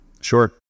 Sure